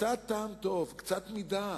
קצת טעם טוב, קצת מידה.